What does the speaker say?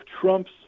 Trump's